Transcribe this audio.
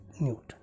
Newton